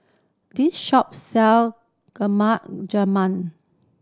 this shop sell Jamun